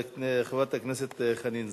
חברת הכנסת חנין זועבי.